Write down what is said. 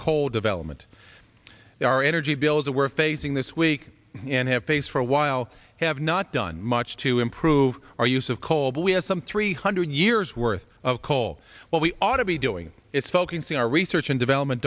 coal development our energy bills that we're facing this week and have faced for a while have not done much to improve our use of coal but we have some three hundred years worth of coal what we ought to be doing is focusing our research and development